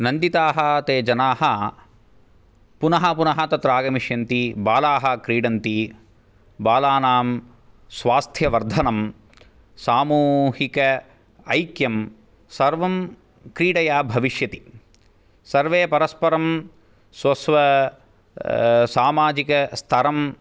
नन्दिताः ते जनाः पुनः पुनः तत्र आगमिष्यन्ति बालाः क्रीडन्ति बालानां स्वास्थ्यवर्धनं सामूहिक ऐक्यं सर्वं क्रीडया भविष्यति सर्वे परस्परं स्व स्व सामाजिकस्थरं